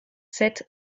sept